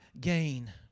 gain